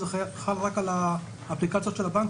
זה חל רק על האפליקציות של הבנקים.